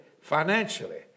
financially